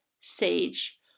sage